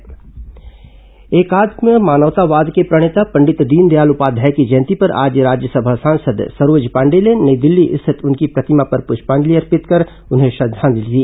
दीनदयाल उपाध्याय जयंती एकात्म मानववाद के प्रणेता पंडित दीनदयाल उपाध्याय की जयंती पर आज राज्यसभा सांसद सरोज पांडेय ने नई दिल्ली स्थित उनकी प्रतिमा पर पृष्पांजलि अर्पित कर उन्हें श्रद्धांजलि दी